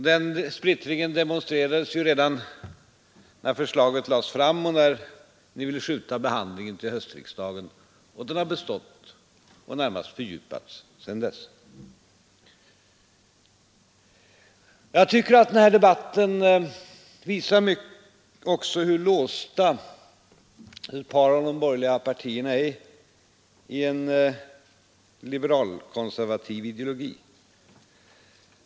Den splittringen demonstrerades redan när förslaget lades fram och ni ville skjuta behandlingen till höstriksdagen, och den har bestått och närmast fördjupats sedan dess. Jag tycker att den här debatten också visar hur låsta ett par av de borgerliga partierna är i en liberalkonservativ ideologi.